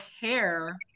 hair